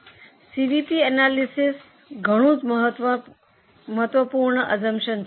હવે સીવીપી એનાલિસિસની આ મહત્વપૂર્ણ અસ્સુમ્પ્શન્સ છે